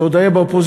שעוד היה באופוזיציה,